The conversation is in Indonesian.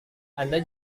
anda